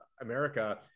america